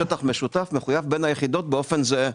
ששטח משותף מחויב בין היחידות באופן זהה.